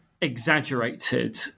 exaggerated